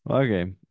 Okay